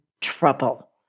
trouble